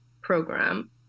program